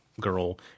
girl